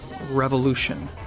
revolution